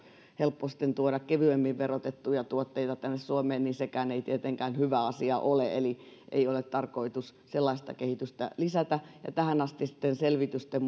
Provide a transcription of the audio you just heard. helppo tuoda kevyemmin verotettuja tuotteita tänne suomeen sekään ei tietenkään hyvä asia ole eli ei ole tarkoitus sellaista kehitystä lisätä tähänastisten selvitysten